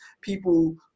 people